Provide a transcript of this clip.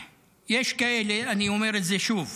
יש כאלה, אני אומר את זה שוב: